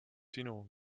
sinu